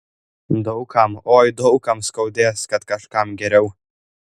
daug kam oi daug kam skaudės kad kažkam geriau